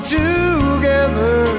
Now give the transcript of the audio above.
together